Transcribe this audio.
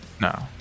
No